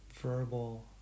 verbal